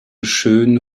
schön